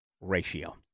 ratio